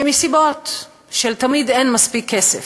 שמסיבות של, תמיד אין מספיק כסף,